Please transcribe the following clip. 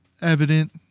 evident